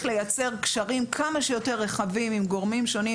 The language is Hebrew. לייצר קשרים רחבים כמה שיותר עם גורמים שונים